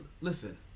listen